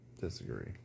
disagree